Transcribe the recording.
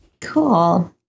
cool